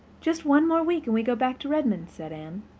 just one more week and we go back to redmond, said anne.